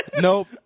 Nope